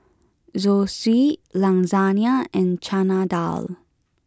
Zosui Lasagna and Chana Dal